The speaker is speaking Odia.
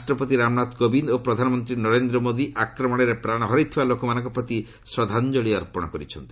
ରାଷ୍ଟ୍ରପତି ରାମନାଥ କୋବିନ୍ଦ୍ ଓ ପ୍ରଧାନମନ୍ତ୍ରୀ ନରେନ୍ଦ୍ର ମୋଦି ଆକ୍ରମଣରେ ପ୍ରାଣ ହରାଇଥିବା ଲୋକମାନଙ୍କ ପ୍ରତି ଶ୍ରଦ୍ଧାଞ୍ଜଳି ଅର୍ପଣ କରିଛନ୍ତି